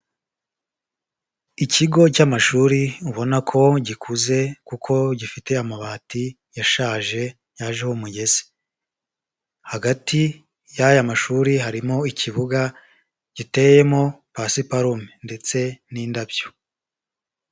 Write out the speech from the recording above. Ikigo cy'amashuri ubona ko gikuze kuko gifite amabati yashaje yajeho umugese. Hagati y'aya mashuri harimo ikibuga giteyemo pasiparume ndetse n'indabyo.